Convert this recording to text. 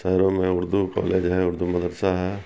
شہروں میں اردو کالج ہیں اردو مدرسہ ہے